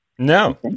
No